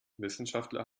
wissenschaftler